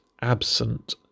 absent